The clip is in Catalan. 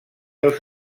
els